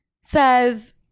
says